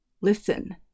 listen